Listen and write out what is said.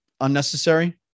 Unnecessary